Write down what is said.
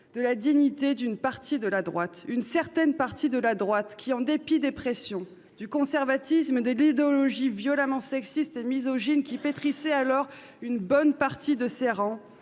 -est la dignité d'une certaine partie de la droite qui, en dépit des pressions, du conservatisme et de l'idéologie violemment sexiste et misogyne qui pétrissaient alors une bonne partie de ses rangs,